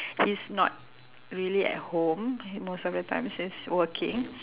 he's not really at home most of the time since working